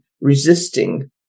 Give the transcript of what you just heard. resisting